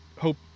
hope